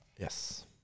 Yes